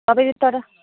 तपाईँले तर